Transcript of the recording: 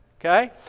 Okay